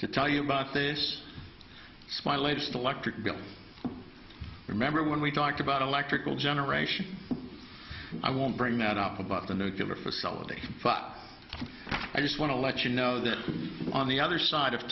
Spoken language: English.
to tell you about this my latest electric bill remember when we talked about electrical generation i won't bring that up about the nucular facility but i just want to let you know that on the other side of